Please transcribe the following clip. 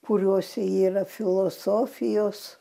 kuriose yra filosofijos